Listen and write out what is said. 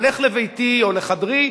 הולך לביתי או לחדרי,